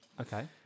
okay